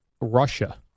russia